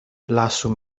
lasu